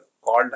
called